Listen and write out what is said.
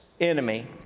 enemy